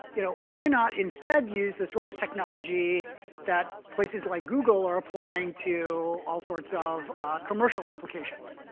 you know why not instead use the sort of technology that places like google are applying to all sorts of commercial applications?